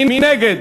מי נגד?